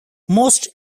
most